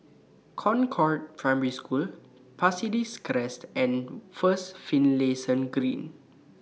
Concord Primary School Pasir Ris Crest and First Finlayson Green